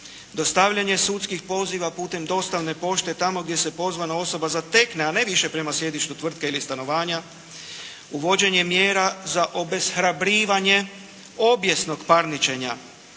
dostavljanje sudskih poziva putem dostavne pošte tamo gdje se pozvana osoba zatekne, a ne više prema sjedištu tvrtke ili stanovanja, uvođenje mjera za obeshrabrivanje obijesnog parničenja.